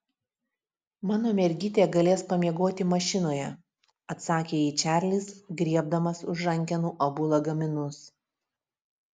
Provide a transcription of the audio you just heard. mano mergytė galės pamiegoti mašinoje atsakė jai čarlis griebdamas už rankenų abu lagaminus